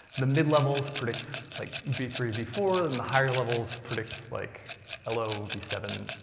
the mid-levels predict like v three, v four, and the higher levels predict like a low v seven,